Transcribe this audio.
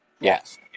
Yes